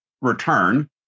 return